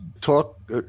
talk